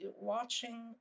watching